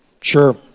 sure